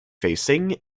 facing